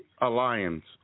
alliance